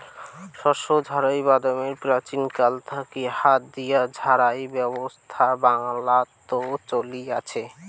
শস্য ঝাড়াই বাদে প্রাচীনকাল থাকি হাত দিয়া ঝাড়াই ব্যবছস্থা বাংলাত চলি আচে